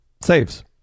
saves